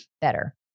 Better